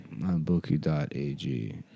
mybookie.ag